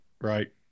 right